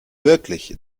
wirklich